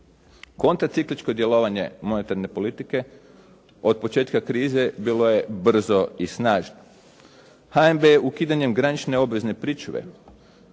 Kontracikličko djelovanje monetarne politike od početka krize bilo je brzo i snažno. HNB ukidanjem granične obvezne pričuve